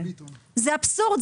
זה אבסורד.